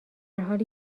حالی